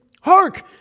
Hark